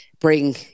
bring